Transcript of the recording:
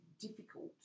difficult